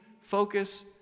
focus